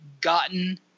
gotten